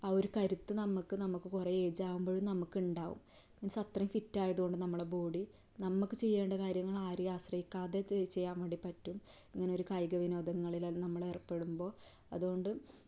ആ ഒരു കരുത്ത് നമുക്ക് നമുക്ക് കുറേ ഏജാവുമ്പോഴും നമുക്കുണ്ടാവും മീൻസ് അത്ര ഫിറ്റായതുകൊണ്ട് നമ്മുടെ ബോഡി നമുക്ക് ചെയ്യേണ്ട കാര്യങ്ങൾ ആരെയും ആശ്രയിക്കാതെ തി ചെയ്യാൻ വേണ്ടി പറ്റും ഇങ്ങനൊരു കായികവിനോദങ്ങളിൽ നമ്മളേർപ്പെടുമ്പോൾ അതുകൊണ്ട്